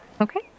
Okay